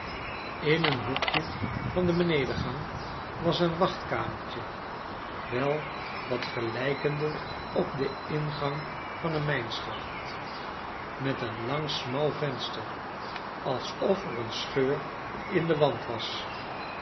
in een hoekje van de benedengang was een wachtkamerfcje wel wat gelijkende op den ingang van een mijnschacht met een lang smal venster alsof er een scheur in den wand was